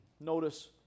notice